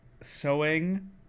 Sewing